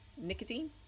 nicotine